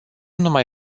numai